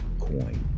coin